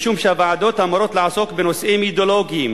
משום שהוועדות אמורות לעסוק בנושאים אידיאולוגיים